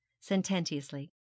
sententiously